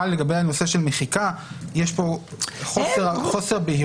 אבל לגבי הנושא של מחיקה יש פה חוסר בהירות.